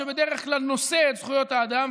שבדרך כלל נושא את זכויות האדם,